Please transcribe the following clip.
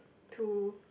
two